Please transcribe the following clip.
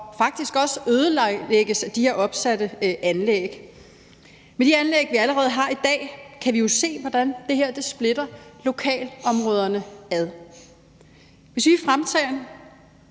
faktisk også ødelægges af de her opsatte anlæg. Med de anlæg, vi allerede har i dag, kan vi jo se, hvordan det her splitter lokalområderne ad. Der, hvor der